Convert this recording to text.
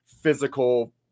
physical